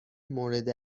مورد